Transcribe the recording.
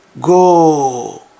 Go